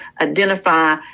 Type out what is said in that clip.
identify